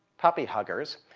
puppy huggers.